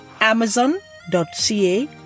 amazon.ca